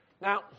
Now